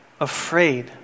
afraid